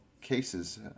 cases